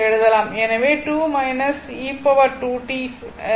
எனவே 2 et 2 t சரி